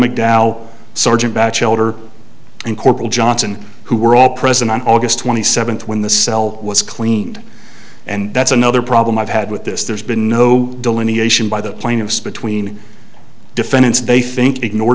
and corporal johnson who were all present on august twenty seventh when the cell was cleaned and that's another problem i've had with this there's been no delineation by the plaintiffs between defendants they think ignore